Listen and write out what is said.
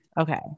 Okay